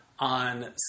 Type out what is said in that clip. on